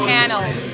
Panels